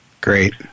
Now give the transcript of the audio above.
Great